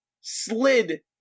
slid